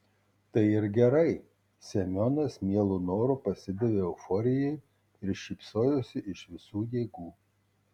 tai ir gerai semionas mielu noru pasidavė euforijai ir šypsojosi iš visų jėgų